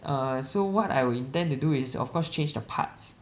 err so what I will intend to do is of course change the parts